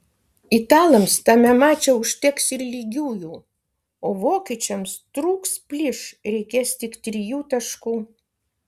italams tame mače užteks ir lygiųjų o vokiečiams trūks plyš reikės tik trijų taškų